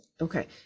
Okay